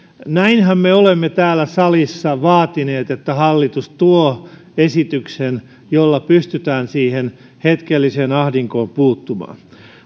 näinhän me olemme täällä salissa vaatineet että hallitus tuo esityksen jolla pystytään siihen hetkelliseen ahdinkoon puuttumaan